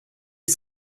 est